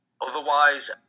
Otherwise